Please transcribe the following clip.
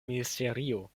ministerio